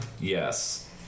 Yes